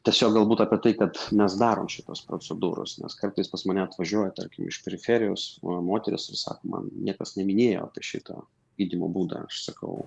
tiesiog galbūt apie tai kad mes darom šitas procedūras nes kartais pas mane atvažiuoja tarkim iš periferijos moteris ir sako man niekas neminėjo apie šitą gydymo būdą aš sakau